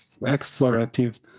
explorative